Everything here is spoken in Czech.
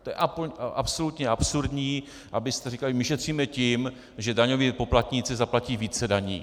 To je absolutně absurdní, abyste říkali: my šetříme tím, že daňoví poplatníci zaplatí více daní.